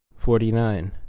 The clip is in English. forty nine.